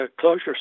closure